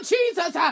Jesus